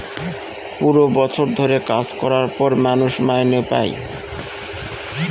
পুরো বছর ধরে কাজ করার পর মানুষ মাইনে পাই